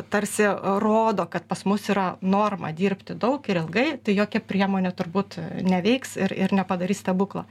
tarsi rodo kad pas mus yra norma dirbti daug ir ilgai tai jokia priemonė turbūt neveiks ir ir nepadarys stebuklo